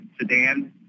sedan